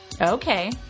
Okay